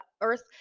earth